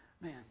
Man